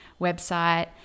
website